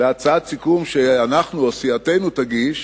להצעת סיכום שאנחנו, או סיעתנו תגיש,